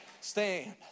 Stand